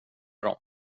dem